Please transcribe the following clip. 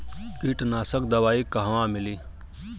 कीटनाशक दवाई कहवा मिली?